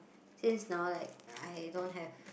since now like I don't have